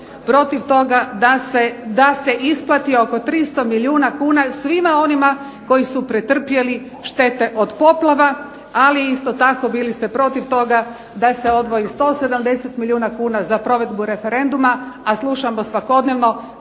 protiv toga da se isplati oko 300 milijuna kuna svima onima koji su pretrpjeli štete od poplava. Ali isto tako bili ste protiv toga da se odvoji 170 milijuna kuna za provedbu referenduma, a slušamo svakodnevno